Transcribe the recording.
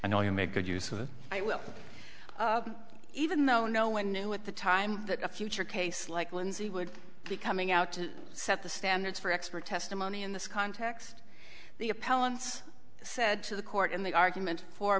i know you make good use of i will even though no one knew at the time that a future case like lindsay would be coming out to set the standards for expert testimony in this context the appellant's said to the court in the argument for